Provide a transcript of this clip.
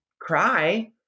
cry